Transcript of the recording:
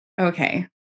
Okay